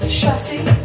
chassis